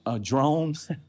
drones